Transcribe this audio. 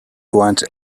want